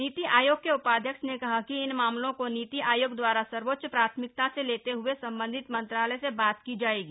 नीति आयोग के उपाध्यक्ष ने कहा कि इन मामलों को नीति आयोग द्वारा सर्वोच्च प्राथमिकता से लेते हए संबंधित मंत्रालय से बात की जाएगी